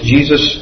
Jesus